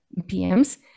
pms